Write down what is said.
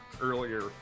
earlier